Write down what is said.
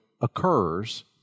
occurs